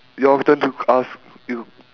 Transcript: your turn to ask you